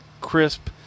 crisp